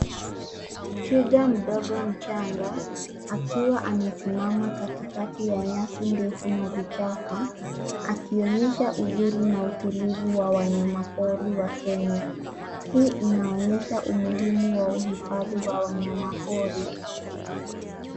Twiga mdogo mchanga akiwa amesimama katikati ya nyasi ndefu na vichaka akionyesha uzuri na utulivu wa wanyama pori wa kenya hii inaonyesha umuhimu wa uhifadhi wa wanyama pori.